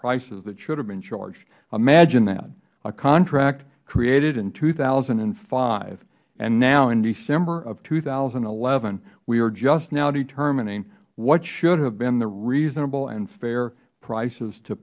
prices that should have been charged imagine that a contract created in two thousand and five and now in december of two thousand and eleven we are just now determining what should have been the reasonable and fair prices to